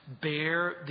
bear